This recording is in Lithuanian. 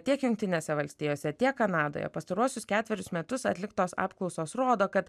tiek jungtinėse valstijose tiek kanadoje pastaruosius ketverius metus atliktos apklausos rodo kad